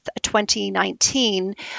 2019